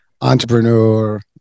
entrepreneur